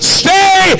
stay